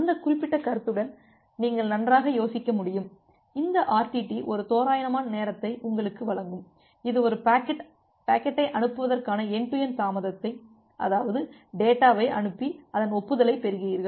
அந்த குறிப்பிட்ட கருத்துடன் நீங்கள் நன்றாக யோசிக்க முடியும் இந்த ஆர்டிடி ஒரு தோராயமான நேரத்தை உங்களுக்கு வழங்கும் இது ஒரு பாக்கெட்டை அனுப்புவதற்கான என்டு டு என்டு தாமதத்தைஅதாவது டேட்டாவை அனுப்பி அதன் ஒப்புதலை பெறுகிறீர்கள்